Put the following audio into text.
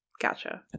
Gotcha